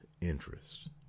interest